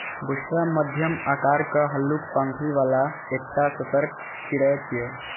बुशरा मध्यम आकारक, हल्लुक पांखि बला एकटा सतर्क चिड़ै छियै